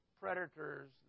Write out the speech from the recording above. predators